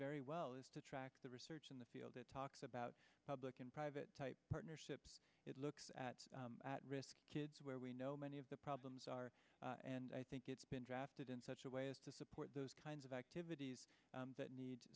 very well is to track the research in the field it talks about public and private partnerships it looks at risk kids where we know many of the problems are and i think it's been drafted in such a way as to support those kinds of activities that need